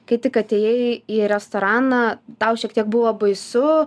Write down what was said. kai tik atėjai į restoraną tau šiek tiek buvo baisu